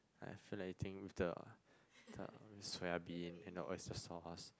yeah I feel like eating with the the soya bean and the oyster sauce